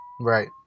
Right